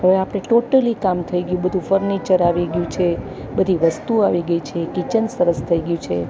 હવે આપણે ટોટલી કામ થઈ ગ્યું બધું ફર્નિચર આવી ગયું છે બધી વસ્તુઓ આવી ગઈ છે કિચન સરસ થઈ ગયું છે